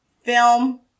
film